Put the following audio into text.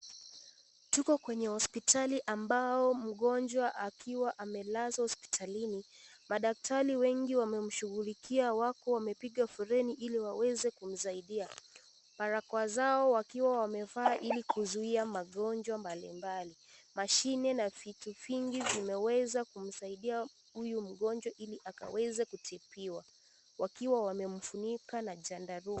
Tuko kwenye hospitali ambao mgonjwa akiwa amelazwa hospitalini. Madaktari engi wamemshughulikia wako wamepiga foleni ili waweze kumsaidia. Barakoa zao wakiwa wamevaa ili kuzuia magonjwa mbali mbali. Mashine na vitu vingi vimeweza kumsaidia huyu mgonjwa ili akweze kutibiwa wakiwa wamemfunika na chandarua.